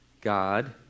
God